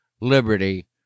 liberty